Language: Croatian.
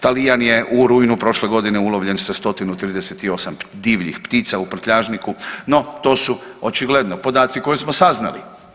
Talijan je u rujnu prošle godine ulovljen sa 138 divljih ptica u prtljažniku no to su očigledno podaci koje smo saznali.